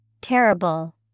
Terrible